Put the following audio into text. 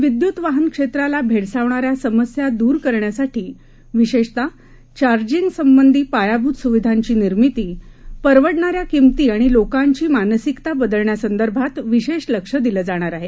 विद्युत वाहन क्षेत्राला भेडसावणाऱ्या समस्या दूर करण्यासाठी विशेषतः चार्जिगसंबधी पायाभूत सुविधांची निर्मिती परवडणाऱ्या किंमर्ती आणि लोकांची मानसिकता बदलण्यासंदर्भात विशेष लक्ष दिलं जाणार आहे